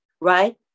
right